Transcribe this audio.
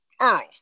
Earl